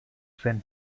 zen